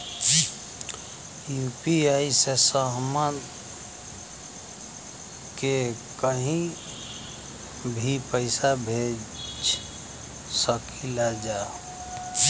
UPI से हमहन के कहीं भी पैसा भेज सकीला जा?